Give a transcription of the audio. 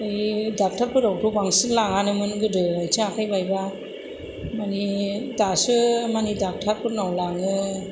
बि डक्टरफोरनावथ' बांसिन लाङानोमोन गोदो आथिं आखाइ बायबा मानि दासो मानि डक्टरफोरनाव लाङो